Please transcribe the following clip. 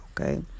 okay